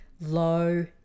low